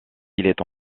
est